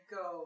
go